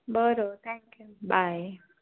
बरं thank you bye